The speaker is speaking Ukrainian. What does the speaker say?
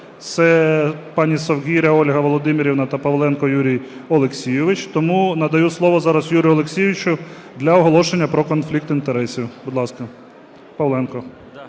Це пані Совгиря Ольга Володимирівна та Павленко Юрій Олексійович. Тому надаю слово зараз Юрію Олексійовичу для оголошення про конфлікт інтересів. Будь ласка, Павленко.